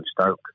Stoke